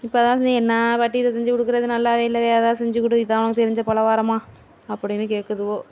இப்பெலாம் என்ன பாட்டி இது செஞ்சு கொடுக்குற இது நல்லாவேயில்ல வேறு எதாவது செஞ்சு கொடு இது தான் உனக்கு தெரிஞ்ச பலகாரமா அப்படினு கேட்குதுவோ